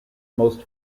most